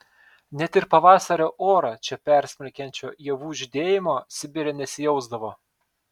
net ir pavasario orą čia persmelkiančio ievų žydėjimo sibire nesijausdavo